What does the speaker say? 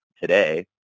today